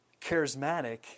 charismatic